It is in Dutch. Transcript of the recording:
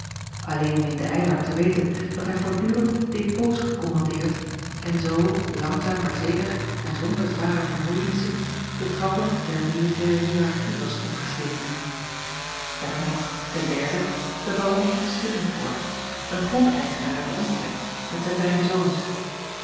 alleen meende ylar te weten dat hij voortdurend depôts gekommandeerd en zoo langzaam maar zeker en zonder zware vermoeienissen de trappen der militaire hiërarchie was opgestegen erder nog ten derde de aron van teenvoorde een grondeigenaar uit den omtrek met zijn beide zoons